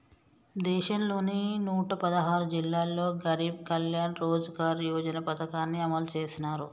దేశంలోని నూట పదహారు జిల్లాల్లో గరీబ్ కళ్యాణ్ రోజ్గార్ యోజన పథకాన్ని అమలు చేసినారు